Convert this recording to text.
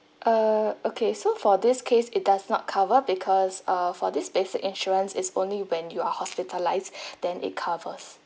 err okay so for this case it does not cover because uh for this basic insurance is only when you are hospitalised then it covers